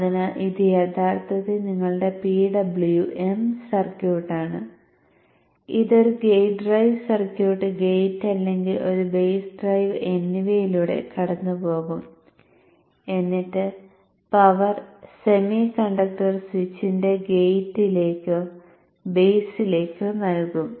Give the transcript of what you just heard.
അതിനാൽ ഇത് യഥാർത്ഥത്തിൽ നിങ്ങളുടെ PWM സർക്യൂട്ട് ആണ് ഇത് ഒരു ഗേറ്റ് ഡ്രൈവ് സർക്യൂട്ട് ഗേറ്റ് അല്ലെങ്കിൽ ഒരു ബേസ് ഡ്രൈവ് എന്നിവയിലൂടെ കടന്നുപോകുകയും എന്നിട്ടു പവർ സെമികണ്ടക്ടർ സ്വിച്ചിന്റെ ഗേറ്റിലേക്കോ ബെയിസിലേക്കോ നൽകും